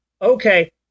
Okay